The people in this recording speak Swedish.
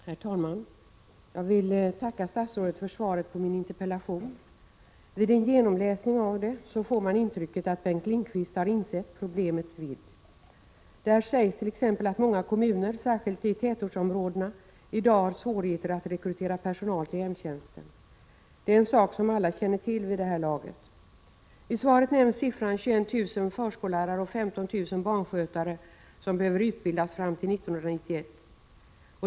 Herr talman! Jag vill tacka statsrådet för svaret på min interpellation. Vid en genomläsning av svaret får man intrycket att Bengt Lindqvist har insett problemets vidd. I svaret sägs t.ex. att många kommuner, särskilt i tätortsområdena, i dag har svårigheter att rekrytera personal till hemtjänsten. Det är en sak som alla känner till vid det här laget. I svaret nämns vidare att 21 000 förskollärare och 15 000 barnskötare behöver utbildas fram till 1991.